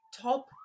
top